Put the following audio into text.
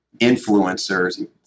influencers